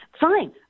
fine